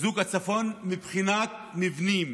חיזוק הצפון מבחינת מבנים,